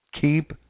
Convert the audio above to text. Keep